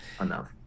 enough